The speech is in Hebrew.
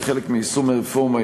כחלק מיישום הרפורמה,